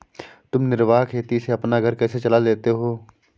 तुम निर्वाह खेती से अपना घर कैसे चला लेते हो?